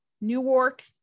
newark